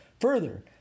Further